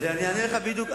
אני אענה לך בדיוק.